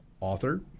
author